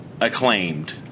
acclaimed